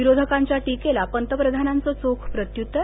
विरोधकांच्या टीकेला पंतप्रधानांचं चोख प्रत्य्तर